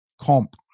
comp